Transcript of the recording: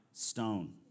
stone